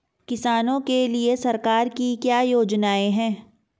किसानों के लिए सरकार की क्या योजनाएं हैं?